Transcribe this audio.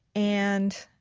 and